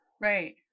right